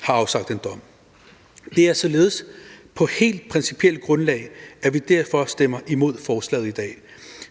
har afsagt en dom. Det er således på et helt principielt grundlag, at vi stemmer imod forslaget i dag.